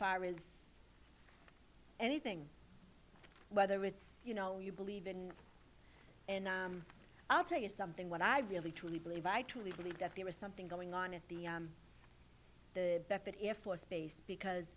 far as anything whether it's you know you believe in and i'll tell you something what i really truly believe i truly believe that there is something going on at the best that if for space because